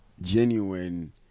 genuine